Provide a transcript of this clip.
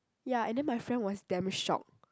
ya and then my friend was damn shocked